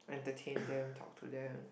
entertain them talk to them